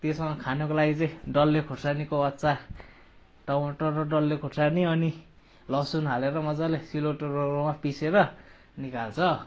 त्यसमा खानको लागि चाहिँ डल्ले खोर्सानीको अचार टमाटर र डल्ले खोर्सानी अनि लसुन हालेर मज्जाले सिलौटो लोहोरोमा पिसेर निकाल्छ